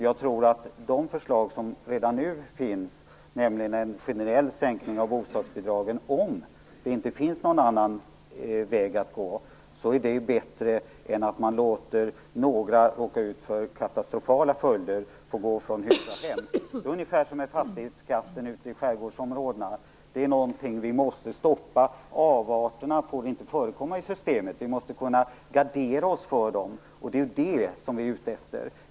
Jag tror att det förslag som redan nu finns, nämligen en generell sänkning av bostadsbidragen, om det inte finns någon annan möjlighet, är bättre än att låta några råka ut för katastrofala följder så att de får gå från hus och hem. Detta är, ungefär i likhet med fastighetsskatten ute i skärgårdsområdena, någonting som vi måste stoppa. Avarterna får inte förekomma i systemet. Vi måste kunna gardera oss för dem, och det är ju detta som vi är ute efter.